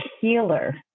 healer